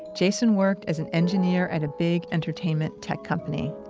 jason worked as an engineer at a big entertainment tech company.